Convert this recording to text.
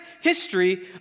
history